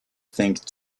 think